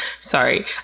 sorry